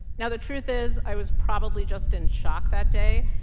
now, the truth is i was probably just in shock that day.